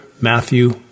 Matthew